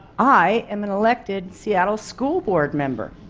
i am an elected seattle school board member!